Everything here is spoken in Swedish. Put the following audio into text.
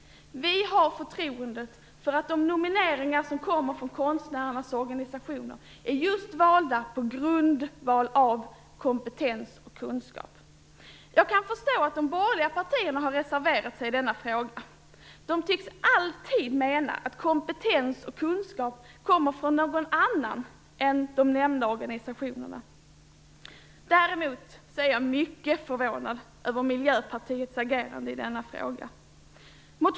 Vi har förtroende för att de nomineringar som kommer från konstnärernas organisationer är gjorda på grundval just av kompetens och kunskap. Jag kan förstå att de borgerliga partierna har reserverat sig i denna fråga. De tycks alltid mena att kompetens och kunskap kommer från någon annan än de nämnda organisationerna. Däremot är jag mycket förvånad över Miljöpartiets agerande i denna fråga.